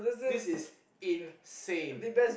this is insane